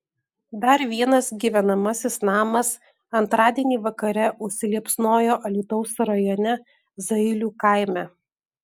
dar vienas gyvenamasis namas antradienį vakare užsiliepsnojo alytaus rajone zailių kaime